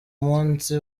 munsi